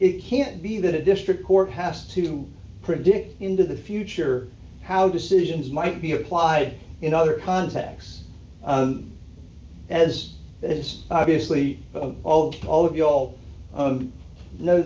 it can't be that a district court has to predict into the future how decisions might be applied in other contacts as it is obviously all of you all